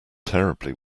terribly